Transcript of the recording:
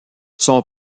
son